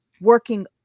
working